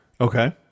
okay